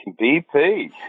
BP